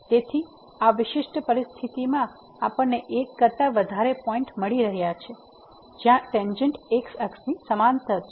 તેથી આ વિશિષ્ટ પરિસ્થિતિમાં આપણને એક કરતા વધારે પોઈન્ટ મળી રહ્યા છે જ્યાં ટેંજેન્ટ x અક્ષની સમાંતર છે